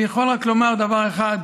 אני יכול רק לומר דבר אחד: